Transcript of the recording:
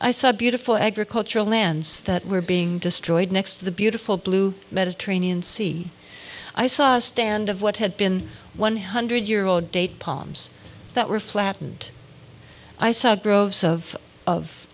i saw a beautiful agricultural lands that were being destroyed next to the beautiful blue mediterranean sea i saw a stand of what had been one hundred year old date palms that were flattened i saw groves of of